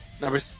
Number